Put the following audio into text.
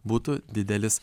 būtų didelis